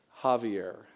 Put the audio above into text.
Javier